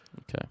Okay